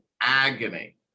agony